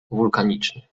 wulkaniczny